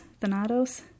Thanatos